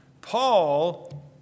Paul